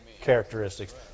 characteristics